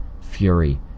fury